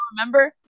remember